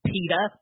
Peter